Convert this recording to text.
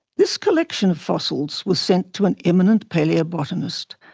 this collection of fossils was sent to an eminent palaeobotanist,